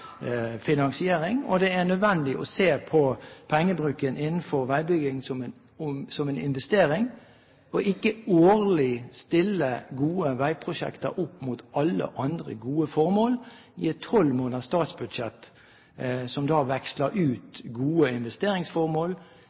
finansiering. Og det er nødvendig å se på pengebruken innenfor veibyggingen som en investering, men at ikke man årlig stiller gode veiprosjekter opp mot alle andre gode formål i et tolvmåneders statsbudsjett som veksler ut gode investeringsformål